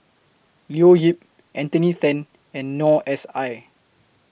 Leo Yip Anthony Then and Noor S I